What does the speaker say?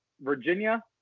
Virginia